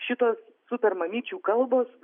šitos super mamyčių kalbos